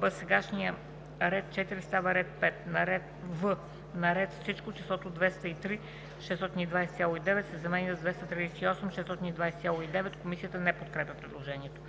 б) сегашният ред 4 става ред 5. в) на ред Всичко числото „203 620,9“ се заменя с „238 620,9“.“ Комисията не подкрепя предложението.